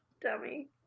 Dummy